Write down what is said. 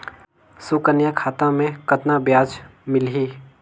सुकन्या खाता मे कतना ब्याज मिलही?